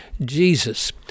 Jesus